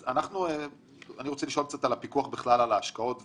אני רוצה לשאול קצת על הפיקוח על ההשקעות בכלל,